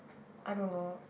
I don't know